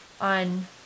on